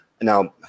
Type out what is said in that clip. Now